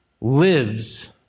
lives